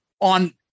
on